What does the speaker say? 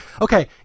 okay